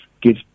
give